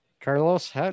Carlos